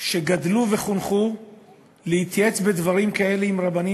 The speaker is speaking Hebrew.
שגדלו וחונכו להתייעץ בדברים כאלה עם רבנים